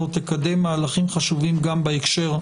תקדמנה מהלכים חשובים גם בהקשר הזה.